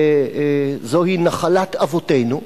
זוהי נחלת אבותינו,